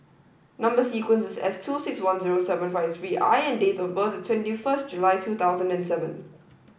number sequence is S two six one zero seven five three I and date of birth is twenty first July two thousand and seven